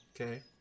Okay